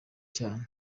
cyane